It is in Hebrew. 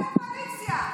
איפה הקואליציה?